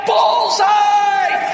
Bullseye